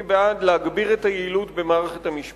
אני בעד להגביר את היעילות במערכת המשפט.